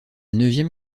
neuvième